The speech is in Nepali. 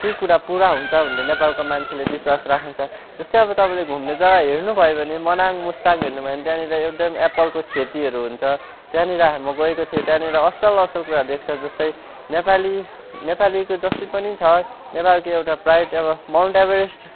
केही कुरा पुरा हुन्छ भन्ने नेपालको मान्छेले विश्वास राखेको छ जस्तै तपाईँले घुम्ने जग्गा हेर्नुभयो भने मनाङ मुस्ताङ हेर्नुभयो भने त्यहाँनिर एकदम एप्पलको खेतीहरू हुन्छ त्यहाँनिर म गएको थिएँ त्यहाँनिर असल असल कुराहरू देख्छ जोस्तै नेपाली नेपालीको जति पनि छ नेपालीको एउटा प्राइड अब माउन्ट एभरेस्ट